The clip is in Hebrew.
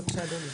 בבקשה אדוני.